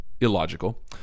illogical